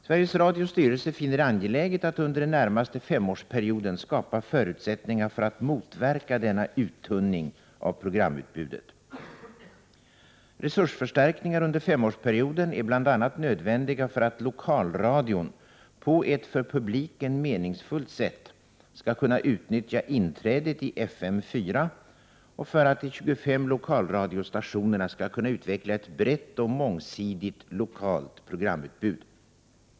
Sveriges Radios styrelse finner det angeläget att under den närmaste femårsperioden skapa förutsättningar för att motverka denna uttunning av programutbudet. Resursförstärkningar under femårsperioden är bl.a. nödvändiga för att lokalradion på ett för publiken meningsfullt sätt skall kunna utnyttja inträdet i FM 4 och för att de 25 lokalradiostationerna skall kunna utveckla ett brett och mångsidigt lokalt programutbud.